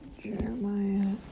Jeremiah